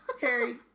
Harry